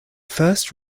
first